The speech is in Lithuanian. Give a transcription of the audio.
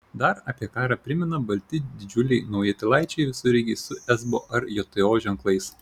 dar apie karą primena balti didžiuliai naujutėlaičiai visureigiai su esbo ar jto ženklais